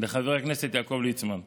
לחבר הכנסת יעקב ליצמן.